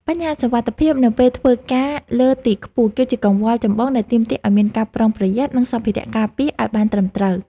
បញ្ហាសុវត្ថិភាពនៅពេលធ្វើការលើទីខ្ពស់ គឺជាកង្វល់ចម្បងដែលទាមទារឱ្យមានការប្រុងប្រយ័ត្ន និងសម្ភារៈការពារឱ្យបានត្រឹមត្រូវ។